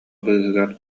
быыһыгар